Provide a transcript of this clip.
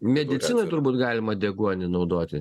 medicinoj turbūt galima deguonį naudoti